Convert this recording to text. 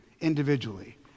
individually